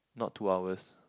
not two hours